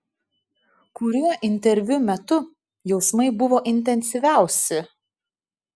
kuriuo interviu metu jausmai buvo intensyviausi